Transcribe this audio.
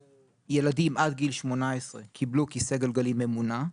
ילדים עד גיל 18 קיבלו כיסא גלגלים ממונע.